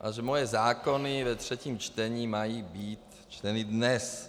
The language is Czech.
a že moje zákony ve třetím čtení mají být čteny dnes.